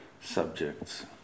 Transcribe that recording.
subjects